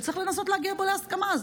שצריך לנסות להגיע פה להסכמה.